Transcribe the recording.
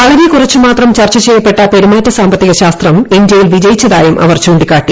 വളരെ കുറച്ചു മാത്രം ചർച്ച ചെയ്യപ്പെട്ട പെരുമാറ്റ സാമ്പത്തികശാസ്ത്രം ഇന്ത്യയിൽ വിജയിച്ചതായും അവർ ചൂണ്ടിക്കാട്ടി